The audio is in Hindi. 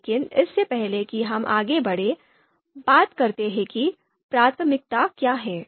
लेकिन इससे पहले कि हम आगे बढ़ें बात करते हैं कि प्राथमिकता क्या है